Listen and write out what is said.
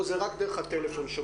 הרגשי.